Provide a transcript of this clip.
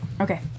Okay